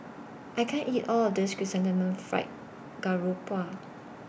I can't eat All of This Chrysanthemum Fried Garoupa